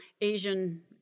Asian